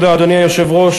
אדוני היושב-ראש,